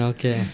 Okay